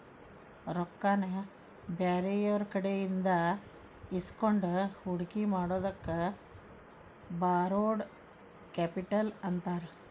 ರೊಕ್ಕಾನ ಬ್ಯಾರೆಯವ್ರಕಡೆಇಂದಾ ಇಸ್ಕೊಂಡ್ ಹೂಡ್ಕಿ ಮಾಡೊದಕ್ಕ ಬಾರೊಡ್ ಕ್ಯಾಪಿಟಲ್ ಅಂತಾರ